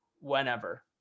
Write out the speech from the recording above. whenever